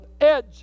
edge